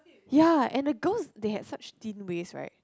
ya and the girls they had such thin waist right